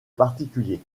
particuliers